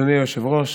אדוני היושב-ראש,